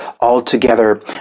altogether